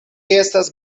estas